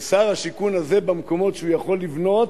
ושר השיכון הזה במקומות שהוא יכול לבנות,